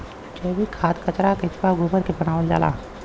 जैविक खाद कचरा केचुआ गोबर क बनावल जाला